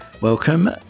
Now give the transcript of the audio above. Welcome